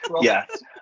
Yes